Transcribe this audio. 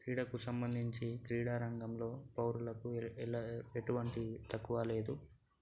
క్రీడకు సంభందించి క్రీడారంగంలో పౌరులకు ఎలా ఎటువంటి తక్కువ లేదు